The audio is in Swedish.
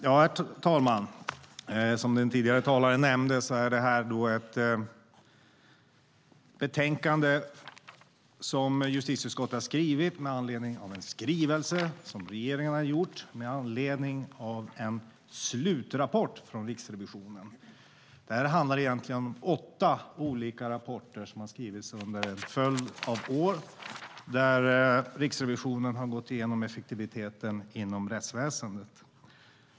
Herr talman! Som den tidigare talaren nämnde är det här ett betänkande som justitieutskottet skrivit med anledning av en skrivelse som regeringen gjort med anledning av en slutrapport från Riksrevisionen. Det handlar egentligen om åtta olika rapporter som skrivits under en följd av år, där Riksrevisionen gått igenom effektiviteten inom rättsväsendet.